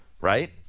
right